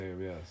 Yes